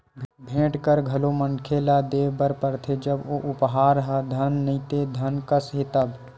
भेंट कर घलो मनखे ल देय बर परथे जब ओ उपहार ह धन नइते धन कस हे तब